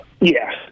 Yes